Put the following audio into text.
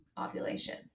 ovulation